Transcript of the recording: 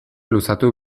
luzatu